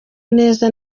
neza